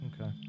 Okay